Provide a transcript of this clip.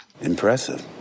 impressive